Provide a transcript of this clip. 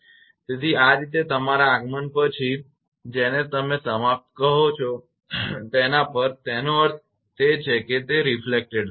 તેથી આ રીતે તમારા આગમન પછી કે જેને તમે સમાપ્ત કહો છો તના પર તેનો અર્થ છે તે પ્રતિબિંબિત થાય છે